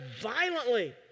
violently